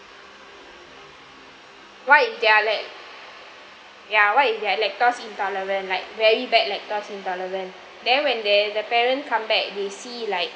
what if they're like ya what if they're like lactose intolerant like very bad lactose intolerant then when they the parents come back they see like